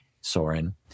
Soren